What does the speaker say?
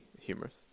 humorous